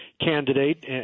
candidate